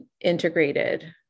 integrated